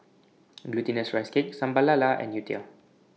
Glutinous Rice Cake Sambal Lala and Youtiao